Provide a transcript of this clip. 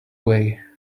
way